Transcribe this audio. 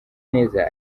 neza